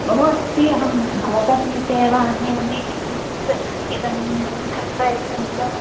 बहु अस्ति अहं भवतः समीपे एव आनयामि किञ्चित् एतत् न्यूनं कृत्वा यच्छन्तु